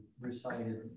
recited